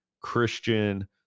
Christian